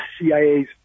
CIA's